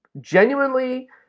genuinely